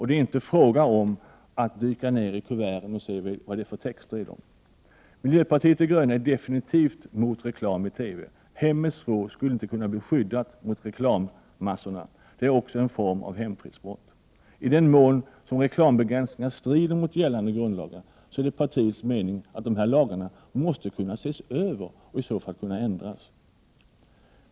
Det är inte fråga om att dyka ned i kuverten och se vad det är för texter i dem. Miljöpartiet de gröna är definitivt mot reklam i TV. Hemmets vrå skulle inte kunna bli skyddad mot reklammassorna. Det är också en form av hemfridsbrott. I den mån som reklambegränsningar strider mot gällande grundlagar, är det partiets mening att dessa lagar måste kunna ses över och ändras.